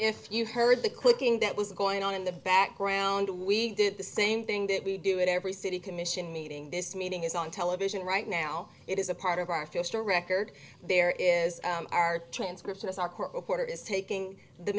if you've heard the clicking that was going on in the background we did the same thing that we do in every city commission meeting this meeting is on television right now it is a part of our first record there is our transcript of our court reporter is taking the